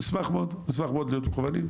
נשמח מאוד להיות מקוונים.